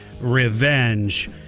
revenge